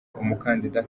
umukandida